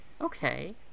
Okay